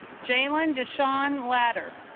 jalen deshawn ladder